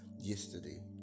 yesterday